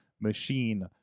machine